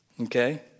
okay